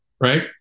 right